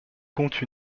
compte